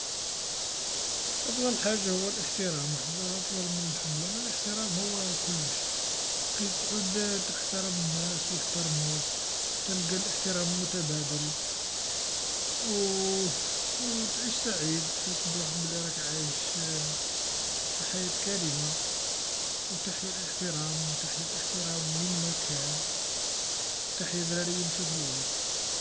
أفضل حاجه هو لإحترام، وحده أفضل من الحب، لأنو الإحترام أفضل من كلش، كتعود تحترم الناس و يحترموك و تلقى الإحترام المتبادل و و تعيش سعيد، تحس بروحك بلي راك عايش في حياة كريما، و تحيا الإحترام و تحيا الإحترام وين ما كان و تحيا ذراري يمشو في الواد.